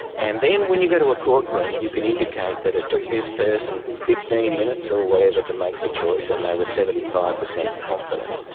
and then when you go to a courtroom, you can indicate that it took this person fifteen minutes or whatever, to make the choice, and they were seventy five percent confident.